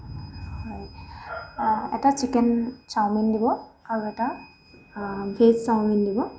এটা chicken chowmein দিব আৰু এটা ভেজ চাওমিন দিব